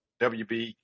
WB